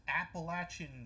Appalachian